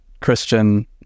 Christian